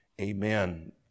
amen